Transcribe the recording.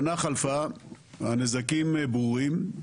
שנה חלפה, הנזקים ברורים.